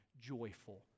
joyful